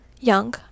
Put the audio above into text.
young